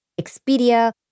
Expedia